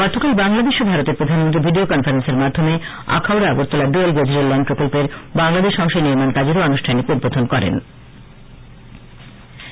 গতকাল বাংলাদেশ ও ভারতের প্রধানমন্ত্রী ভিডিও কনফারেন্সের মাধ্যমে Akhaura Agartala dual gauge rail line প্রকল্পের বাংলাদেশ অংশের নির্মাণ কাজও আনুষ্ঠানিক উদ্বোধন করেন